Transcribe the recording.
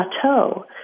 plateau